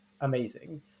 amazing